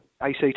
ACT